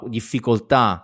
difficoltà